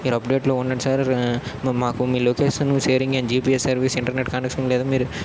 మీరు అప్డేట్లో ఉండండి సార్ ము మాకు మీ location sharing and GPS service internet connection లేదా మీరు